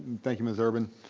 thank you ms. ervin.